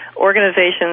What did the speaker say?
Organizations